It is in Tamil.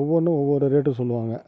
ஒவ்வொன்றும் ஒவ்வொரு ரேட்டு சொல்லுவாங்க